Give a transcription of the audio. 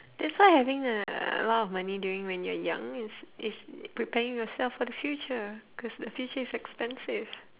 that's why having a lot of money during when you are young is is preparing yourself for the future cause the future is expensive